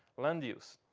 land use.